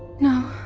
no.